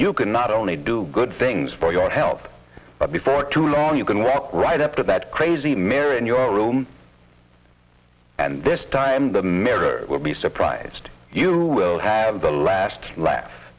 you cannot only do good things for your health but before too long you can walk right up to that crazy mare and your room and this time the mirror will be surprised you will have the last laugh